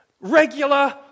Regular